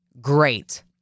Great